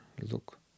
look